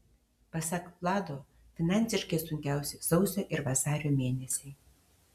pasak vlado finansiškai sunkiausi sausio ir vasario mėnesiai